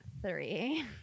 three